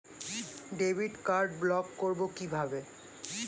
Debit card block করব কিভাবে?